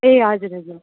ए हजुर हजुर